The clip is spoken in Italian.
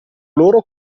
loro